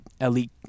Elite